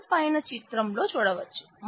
sets పైన చిత్రంలో చూడవచ్చు